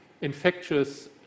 infectious